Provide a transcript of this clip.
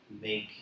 make